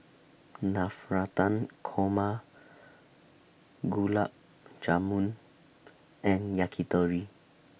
Navratan Korma Gulab Jamun and Yakitori